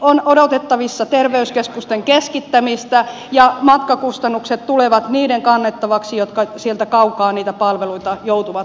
on odotettavissa terveyskeskusten keskittämistä ja matkakustannukset tulevat niiden kannettavaksi jotka sieltä kaukaa niitä palveluita joutuvat hakemaan